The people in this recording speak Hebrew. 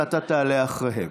ואתה תעלה אחריהם.